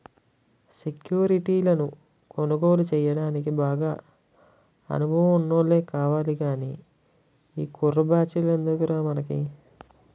సెక్యురిటీలను కొనుగోలు చెయ్యడానికి బాగా అనుభవం ఉన్నోల్లే కావాలి గానీ ఈ కుర్ర బచ్చాలెందుకురా మనకి